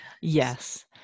Yes